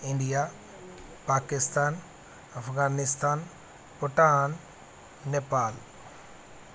India Pakistan Afghanistan Bhutan Nepal